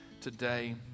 today